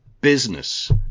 business